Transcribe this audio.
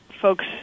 folks